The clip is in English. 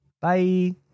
Bye